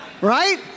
Right